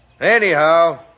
Anyhow